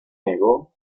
negó